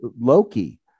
Loki